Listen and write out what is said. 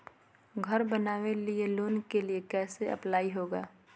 घर बनावे लिय लोन के लिए कैसे अप्लाई होगा?